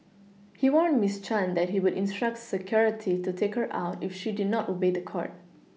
he warned Miss Chan that he would instruct security to take her out if she did not obey the court